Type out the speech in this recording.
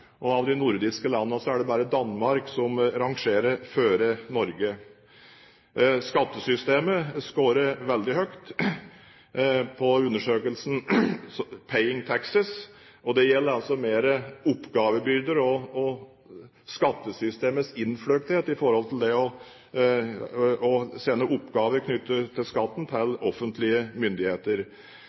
åtte av 183 land. Av de nordiske landene er det bare Danmark som rangerer før Norge. Skattesystemet scorer veldig høyt i undersøkelsen «Paying taxes», om oppgavebyrder og skattesystemets innfløkthet når det gjelder å sende oppgaver knyttet til skatten, til offentlige myndigheter.